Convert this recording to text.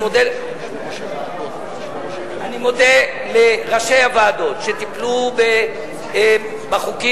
אני מודה לראשי הוועדות שטיפלו בחוקים